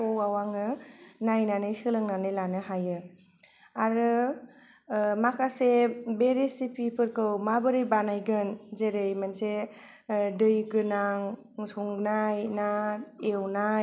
आरो माखासे बे रेसिफिफोरखौ माबोरै बानायगोन जेरै मोनसे दै गोनां संनाय ना एवनाय ना बेखौ